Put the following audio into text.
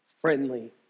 friendly